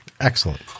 excellent